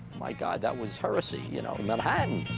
my god, that was heresy, you know, manhattan.